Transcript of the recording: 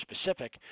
specific